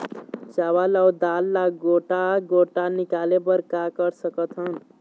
चावल अऊ दाल ला गोटा गोटा निकाले बर का कर सकथन?